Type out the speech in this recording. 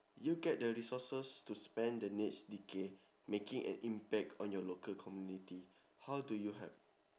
you get the resources to spend the next decade making an impact on your local community how do you help